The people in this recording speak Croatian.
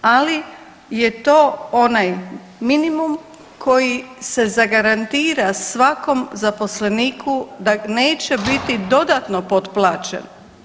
Ali je to onaj minimum koji se zagarantira svakom zaposleniku da neće biti dodatno potplaćen.